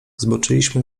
zboczyliśmy